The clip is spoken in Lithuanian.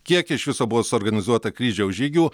kiek iš viso buvo suorganizuota kryžiaus žygių